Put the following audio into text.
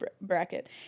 bracket